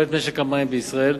לתועלת משק המים בישראל,